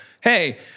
hey